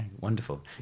Wonderful